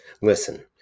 Listen